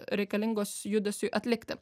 reikalingos judesiui atlikti